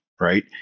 right